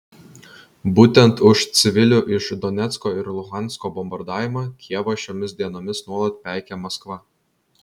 būtent už civilių iš donecko ir luhansko bombardavimą kijevą šiomis dienomis nuolat peikia maskva